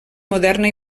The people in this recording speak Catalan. moderna